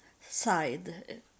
side